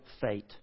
fate